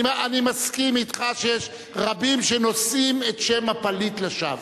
אני מסכים אתך שיש רבים שנושאים את שם הפליט לשווא.